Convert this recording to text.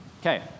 Okay